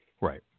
right